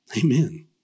Amen